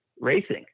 racing